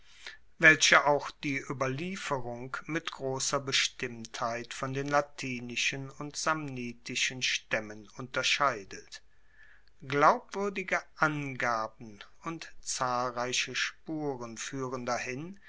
welche auch die oberlieferung mit grosser bestimmtheit von den latinischen und samnitischen staemmen unterscheidet glaubwuerdige angaben und zahlreiche spuren fuehren dahin